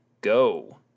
Go